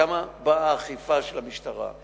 שם באה האכיפה של המשטרה.